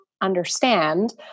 understand